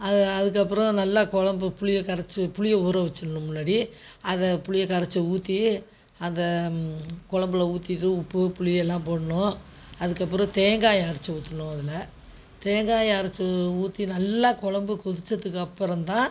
அதுக்கப்புறம் நல்லா குழம்பு புளியை கரைச்சு புளியை ஊற வச்சுட்ணும் முன்னாடி அதை புளியை கரைச்சு ஊற்றி அந்த குழம்புல ஊற்றிட்டு உப்பு புளி எல்லாம் போடணும் அதுக்கப்புறம் தேங்காயை அரைச்சு ஊத்தணும் அதில் தேங்காயை அரைச்சு ஊற்றி நல்லா குழம்பு கொதித்ததுக்கப்புறம் தான்